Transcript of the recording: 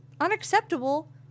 Unacceptable